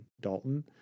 Dalton